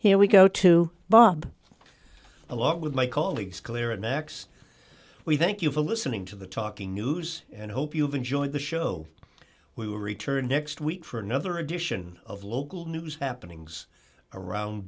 here we go to bob a lot with my colleagues clarinex we thank you for listening to the talking news and hope you've enjoyed the show we will return next week for another edition of local news happenings around